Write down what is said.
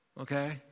Okay